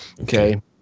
Okay